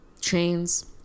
chains